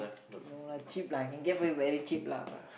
no lah cheap lah can get for it very cheap lah but